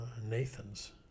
Nathan's